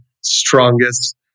strongest